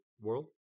world